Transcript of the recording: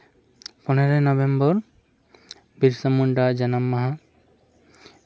ᱯᱚᱱᱮᱨᱳᱭ ᱱᱚᱵᱷᱮᱢᱵᱚᱨ ᱵᱤᱨᱥᱟ ᱢᱩᱱᱰᱟᱣᱟᱜ ᱡᱟᱱᱟᱢ ᱢᱟᱦᱟ